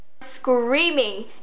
Screaming